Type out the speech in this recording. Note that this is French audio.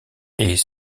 est